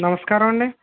నమస్కారమండి